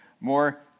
more